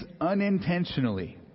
unintentionally